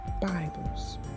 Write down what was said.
Bibles